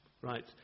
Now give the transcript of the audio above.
right